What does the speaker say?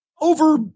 over